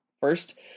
First